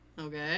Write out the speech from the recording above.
Okay